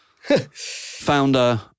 Founder